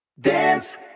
Dance